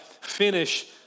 finish